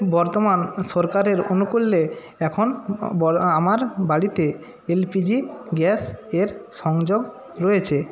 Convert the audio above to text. বর্তমান সরকারের অনুকূল্যে এখন বড়ো আ আমার বাড়িতে এলপিজি গ্যাসের সংযোগ রয়েছে